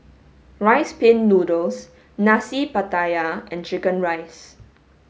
rice pin noodles Nasi Pattaya and chicken rice